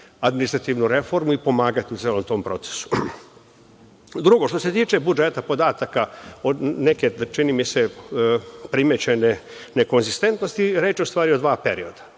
administrativnu reformu i pomagati u celom tom procesu. Drugo, što se tiče budžeta, podataka od neke, čini mi se, primećene nekonzistentnosti, reč je u stvari od dva perioda.